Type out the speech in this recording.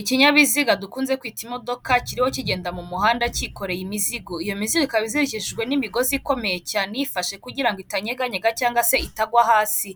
Ikinyabiziga dukunze kwita imodoka kiriho kigenda mu muhanda kikoreye imizigo, iyo mizigo ikaba izirikishijwe n'imigozi ikomeye cyane iyifashe kugira ngo itanyeganyega cyangwa se itagwa hasi,